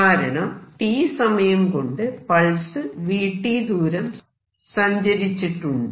കാരണം t സമയം കൊണ്ട് പൾസ് vt ദൂരം സഞ്ചരിച്ചിട്ടുണ്ട്